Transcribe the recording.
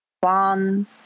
One